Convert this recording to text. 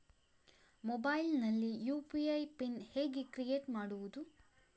Mobile ನಲ್ಲಿ UPI PIN ಹೇಗೆ create ಮಾಡುವುದು?